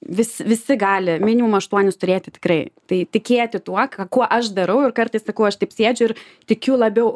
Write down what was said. vis visi gali minimum aštuonis turėti tikrai tai tikėti tuo ką kuo aš darau ir kartais sakau aš taip sėdžiu ir tikiu labiau